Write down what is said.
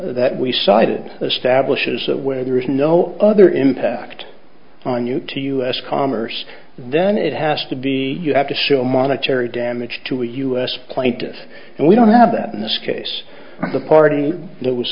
that we cited establishes that when there is no other impact on you to u s commerce then it has to be you have to show monetary damage to a u s point and we don't have that in this case the party that was